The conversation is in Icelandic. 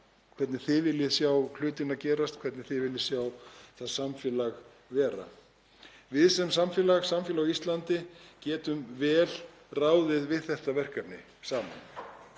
hvernig þið viljið sjá hlutina gerast, hvernig þið viljið sjá það samfélag verða. Við sem samfélag á Íslandi getum vel ráðið við þetta verkefni saman.